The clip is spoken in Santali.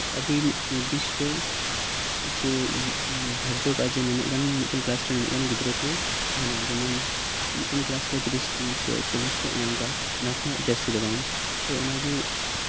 ᱱᱤᱭᱟᱹ ᱟᱹᱰᱤ ᱱᱤᱨᱫᱤᱥᱴᱚ ᱫᱤᱱ ᱫᱷᱟᱨᱡᱚ ᱠᱟᱛᱮᱜᱫ ᱱᱩᱱᱟᱹᱜ ᱜᱟᱱ ᱢᱤᱫ ᱴᱮᱱ ᱠᱞᱟᱥ ᱨᱮ ᱜᱤᱫᱽᱨᱟᱹ ᱠᱚ ᱛᱟᱦᱮᱱᱟ ᱡᱮᱢᱚᱱ ᱢᱤᱫ ᱴᱟᱱ ᱠᱞᱟᱥ ᱨᱮ ᱛᱤᱨᱤᱥᱴᱤ ᱪᱚᱞᱞᱤᱥᱴᱤ ᱚᱱᱮ ᱚᱱᱠᱟ ᱚᱱᱟ ᱠᱷᱚᱱᱟᱜ ᱡᱟᱹᱛᱤ ᱫᱚ ᱵᱟᱝ ᱛᱚ ᱚᱱᱟᱜᱮ